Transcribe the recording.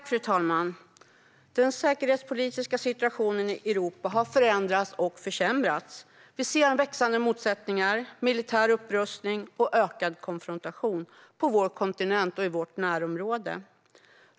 Fru talman! Den säkerhetspolitiska situationen i Europa har förändrats och försämrats. Vi ser växande motsättningar, militär upprustning och ökad konfrontation på vår kontinent och i vårt närområde.